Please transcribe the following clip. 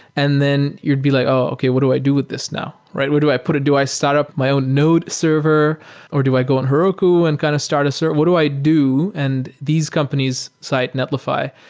and then you'd be like, oh, okay. what do i do with this now? where do i put it? do i start up my own node server or do i go on heroku and kind of start start what do i do? and these companies cite netlify,